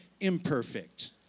imperfect